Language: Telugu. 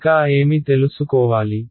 ఇంకా ఏమి తెలుసుకోవాలి